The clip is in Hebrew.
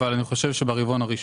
אבל אני חושב שברבעון הראשון.